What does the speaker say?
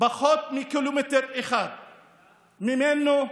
פחות מקילומטר אחד ממנו,